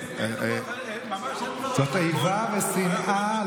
זאת איבה ושנאה.